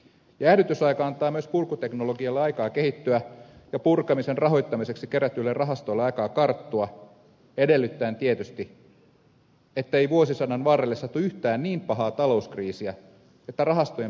jäähdytysaika antaa myös purkuteknologialle aikaa kehittyä ja purkamisen rahoittamiseksi kerätyille rahastoille aikaa karttua edellyttäen tietysti ettei vuosisadan varrelle satu yhtään niin pahaa talouskriisiä että rahastojen pääomat katoavat